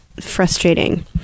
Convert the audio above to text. frustrating